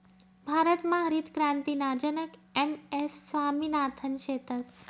भारतमा हरितक्रांतीना जनक एम.एस स्वामिनाथन शेतस